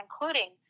including